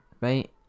right